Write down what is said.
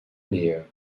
nähe